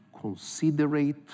considerate